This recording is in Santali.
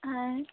ᱦᱳᱭ